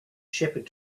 shepherd